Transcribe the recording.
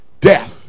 Death